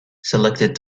selected